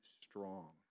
strong